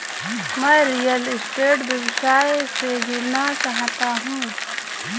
मैं real estate व्यवसाय से जुड़ना चाहता हूँ